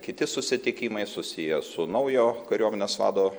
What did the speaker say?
kiti susitikimai susiję su naujo kariuomenės vado